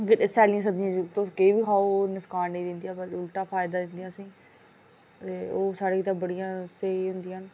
सैल्लियां सब्जियां तुस किश बी खाओ नुक्सान निं दिंदियां उल्टा फायदा दिंदियां ते ओह् साढ़ी सब्जियां स्हेई होंदियां